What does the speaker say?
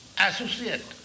associate